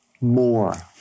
more